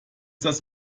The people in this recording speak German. das